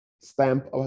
stamp